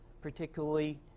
particularly